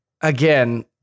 again